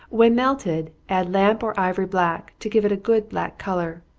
when melted, add lamp or ivory black to give it a good black color.